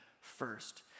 first